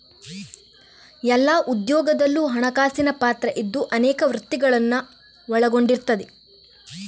ಎಲ್ಲಾ ಉದ್ಯೋಗದಲ್ಲೂ ಹಣಕಾಸಿನ ಪಾತ್ರ ಇದ್ದು ಅನೇಕ ವೃತ್ತಿಗಳನ್ನ ಒಳಗೊಂಡಿರ್ತದೆ